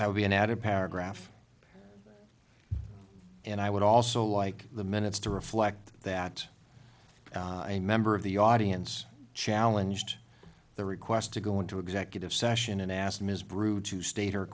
that would be an added paragraph and i would also like the minutes to reflect that a member of the audience challenge to the request to go into executive session and ask ms bru to state